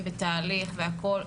בתהליך והכל.